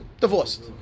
divorced